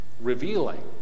revealing